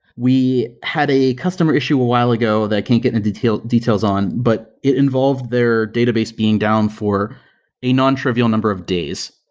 we had a customer issue a while ago that i can't get into details details on, but it involved their database being down for a nontrivial number of days,